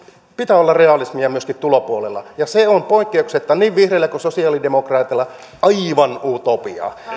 pitää olla realismia myöskin tulopuolella ja se on poikkeuksetta niin vihreillä kuin sosialidemokraateilla aivan utopiaa